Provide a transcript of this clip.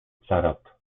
carat